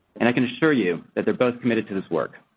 and i can assure you that they're both committed to this work.